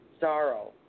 Sorrow